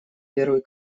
первый